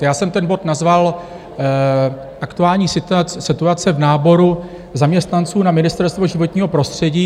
Já jsem ten bod nazval Aktuální situace v náboru zaměstnanců na Ministerstvo životního prostředí.